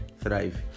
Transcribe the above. thrive